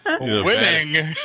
Winning